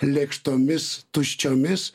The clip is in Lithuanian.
lėkštomis tuščiomis